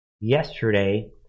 yesterday